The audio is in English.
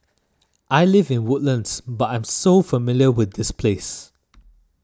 I live in Woodlands but I'm so familiar with this place